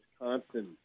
Wisconsin